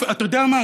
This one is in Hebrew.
אתה יודע מה,